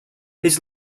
his